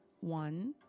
one